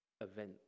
event